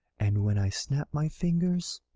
and when i snap my fingers,